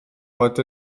fod